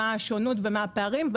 מה השונות ומה הפערים.